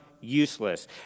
useless